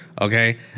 okay